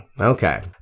Okay